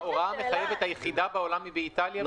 ההוראה המחייבת היחידה בעולם היא באיטליה בעניין הזה?